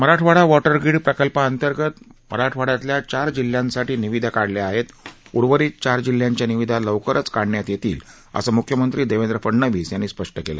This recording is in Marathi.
मराठवाडा वॉटर ग्रीड प्रकल्पांतर्गत मराठवाड्यातल्या चार जिल्ह्यांसाठी निविदा काढल्या आहेत उर्वरित चार जिल्ह्यांच्या निविदा लवकरच काढण्यात येतील असं मुख्यमंत्री देवेंद्र फडनवीस यांनी स्पष्ट केलं